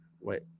wait